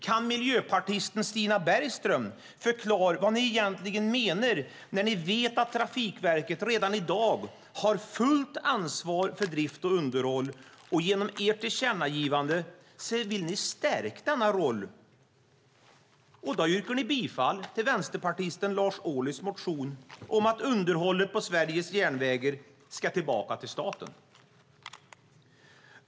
Kan miljöpartisten Stina Bergström förklara vad ni egentligen menar när ni vet att Trafikverket redan i dag har fullt ansvar för drift och underhåll? Genom ert tillkännagivande vill ni stärka denna roll, och då yrkar ni bifall till vänsterpartisten Lars Ohlys motion om att underhållet på Sveriges järnvägar ska tillbaka till staten.